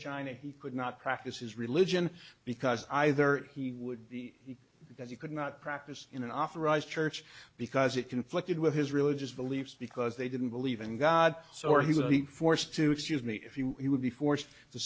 china he could not practice his religion because either he would be because you could not practice in an authorised church because it conflicted with his religious beliefs because they didn't believe in god so he would be forced to excuse me if he would be forced to